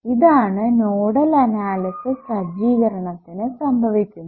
ഇതാണ് nodal analysis സജ്ജീകരണത്തിനു സംഭവിക്കുന്നത്